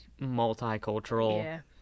multicultural